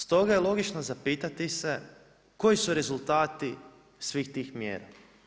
Stoga je logično za pitati se koji su rezultati svih tih mjera?